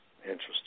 Interesting